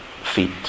feet